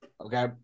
Okay